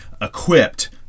equipped